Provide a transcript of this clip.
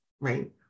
right